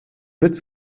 witz